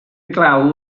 glaw